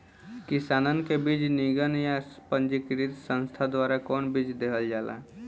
किसानन के बीज निगम या पंजीकृत संस्था द्वारा कवन बीज देहल जाला?